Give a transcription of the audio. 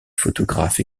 photographe